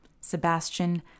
Sebastian